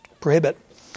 prohibit